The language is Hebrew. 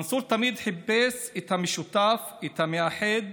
מנסור תמיד חיפש את המשותף, את המאחד,